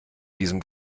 diesem